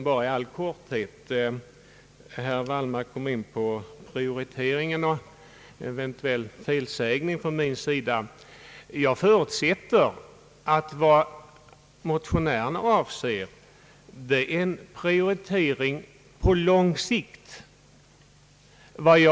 Herr talman! Herr Wallmark kom in på prioritering och talade om eventuell felsägning från min sida. Jag förutsätter att vad motionärerna avser är en prioritering på lång sikt.